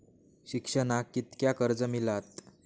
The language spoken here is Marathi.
शिक्षणाक कीतक्या कर्ज मिलात?